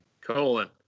Colon